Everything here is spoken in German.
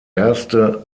erste